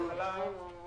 טיפות חלב,